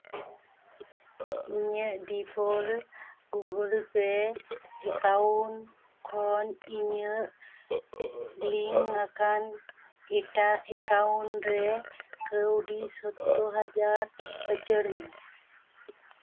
ᱤᱧᱟᱹᱜ default Google Pay account ᱠᱷᱚᱱ ᱤᱧᱟᱹᱜ ᱞᱤᱝᱠ ᱟᱠᱟᱱ ᱮᱴᱟᱜ ᱮᱠᱟᱣᱩᱱᱴ ᱨᱮ ᱠᱟᱹᱣᱰᱤ ᱥᱳᱛᱛᱳᱨ ᱦᱟᱡᱟᱨ ᱩᱪᱟᱹᱲ ᱢᱮ